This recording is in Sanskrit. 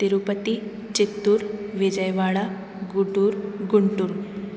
तिरुपति चित्तूर् विजयवाडा गूडूर् गुण्टूर्